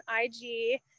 IG